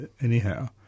Anyhow